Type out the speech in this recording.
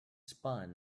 spun